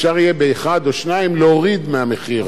יהיה אפשר באחד או שניים להוריד מהמחיר.